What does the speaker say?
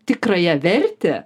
tikrąją vertę